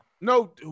No